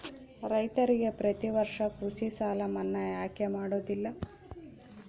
ರೈತರಿಗೆ ಪ್ರತಿ ವರ್ಷ ಕೃಷಿ ಸಾಲ ಮನ್ನಾ ಯಾಕೆ ಮಾಡೋದಿಲ್ಲ?